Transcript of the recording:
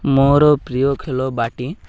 ମୋର ପ୍ରିୟ ଖେଳ ବାଟି